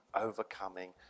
overcoming